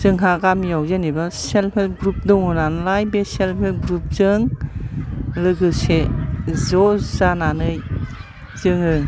जोंहा गामियाव जेनेबा सेल्फ हेल्फ ग्रुप दङ नालाय बे सेल्फ हेल्फ ग्रुपजों लोगोसे ज' जानानै जोङो